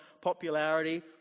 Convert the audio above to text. popularity